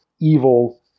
evil